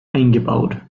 eingebaut